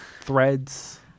Threads